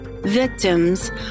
Victims